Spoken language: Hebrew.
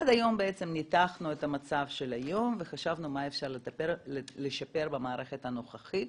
עד היום ניתחנו את המצב של היום וחשבנו מה אפשר לשפר במערכת הנוכחית,